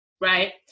right